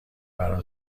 برا